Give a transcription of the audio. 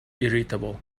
irritable